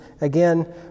Again